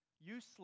useless